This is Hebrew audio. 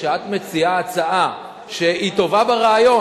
כשאת מציעה הצעה שהיא טובה ברעיון,